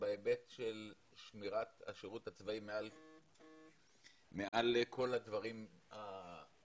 בהיבט של שמירת השירות הצבאי מעל לכל הדברים האחרים,